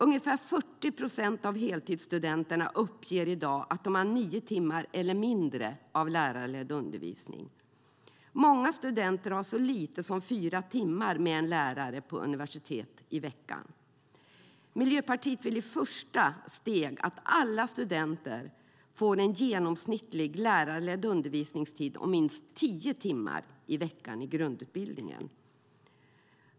Ungefär 40 procent av heltidsstudenterna uppger i dag att de har nio timmar i veckan eller mindre av lärarledd undervisning. Många studenter har så lite som fyra timmar i veckan med en lärare på universitetet. Miljöpartiet vill i ett första steg att alla studenter får en genomsnittlig lärarledd undervisningstid om minst tio timmar i veckan i grundutbildningen.